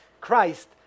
Christ